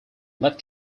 left